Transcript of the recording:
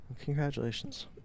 congratulations